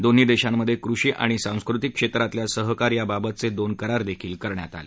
दोन्ही देशांमधे कृषी आणि सांस्कृतिक क्षेत्रातल्या सहकार्याबाबतचे दोन करार करण्यात आले